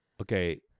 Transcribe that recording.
Okay